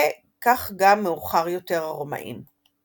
וכך גם, מאוחר יותר, הרומאים.